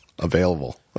available